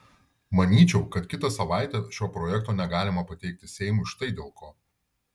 manyčiau kad kitą savaitę šio projekto negalima pateikti seimui štai dėl ko